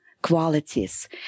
qualities